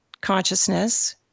consciousness